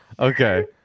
Okay